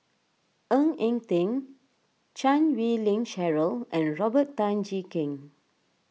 Ng Eng Teng Chan Wei Ling Cheryl and Robert Tan Jee Keng